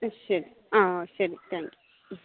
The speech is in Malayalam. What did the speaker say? ശരി ആ ആ ശരി താങ്ക് യു